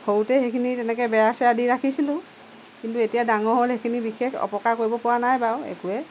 সৰুতেই সেইখিনি তেনেকৈ বেৰা চেৰা দি ৰাখিছিলোঁ কিন্তু এতিয়া ডাঙৰ হ'ল সেইখিনি বিশেষ অপকাৰ কৰিব পৰা নাই বাৰু একোৱে